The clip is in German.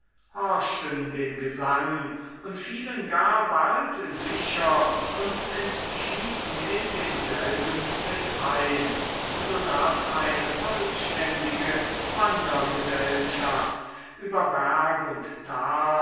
horchten dem gesang und fielen bald gar sicher und entschieden in denselben mit ein so daß eine vollständige wandergesellschaft über berg und tal